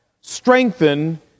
strengthen